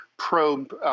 Probe